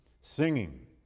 singing